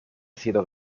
sido